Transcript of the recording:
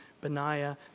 Benaiah